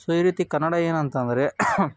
so ಈ ರೀತಿ ಕನ್ನಡ ಏನಂತಂದರೆ